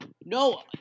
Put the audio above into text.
No